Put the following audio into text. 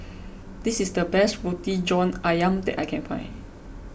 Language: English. this is the best Roti John Ayam that I can find